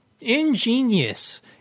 ingenious